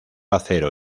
acero